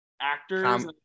actors